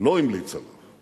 לא המליץ עליו.